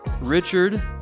Richard